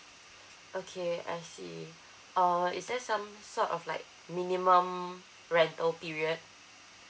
okay I see uh is there some sort of like minimum rental period